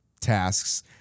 tasks